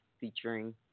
featuring